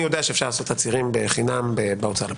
אני יודע שאפשר לעשות תצהירים בחינם בהוצאה לפועל,